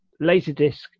Laserdisc